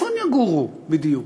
יגורו בדיוק?